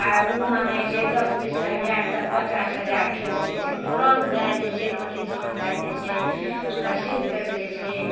आओर उ माँगय छै दस बीस हजार तऽ पचास हजार ठोकि दै छै तुरन्त भए जाइ छै म्यूटेशन भए जाइ छै रसीद कटि जाइ छै